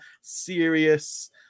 serious